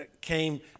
came